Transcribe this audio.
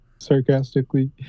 sarcastically